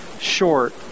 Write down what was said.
short